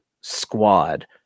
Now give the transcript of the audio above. squad